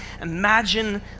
imagine